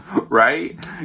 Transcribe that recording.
Right